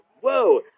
Whoa